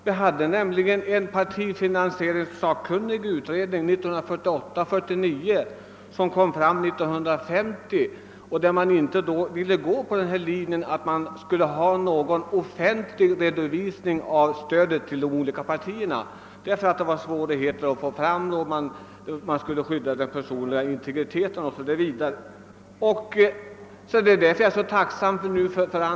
Det fanns en utredning om partifinansiering som arbetade 1948— 1949 och som lade fram sitt betänkande 1950. De sakkunniga ville inte förorda någon offentlig redovisning av stödet till de olika partierna, eftersom det var svårt att skydda den personliga integriteten om en sådan redovisning skulle lämnas. Vi har sedan vid många tillfällen debatterat partiernas ekonomi och finansieringsformer här i riksdagen, men icke fått några klara besked från de borgerliga.